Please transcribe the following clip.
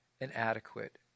inadequate